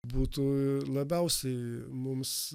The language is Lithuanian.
būtų labiausiai mums